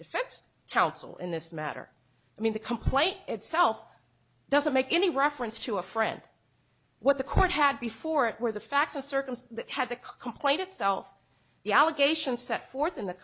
defense counsel in this matter i mean the complaint itself doesn't make any reference to a friend what the court had before it where the facts or circumstances had the complaint itself the allegations set forth in the